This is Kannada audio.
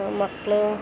ಮಕ್ಕಳು